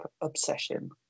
obsession